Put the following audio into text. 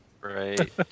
Right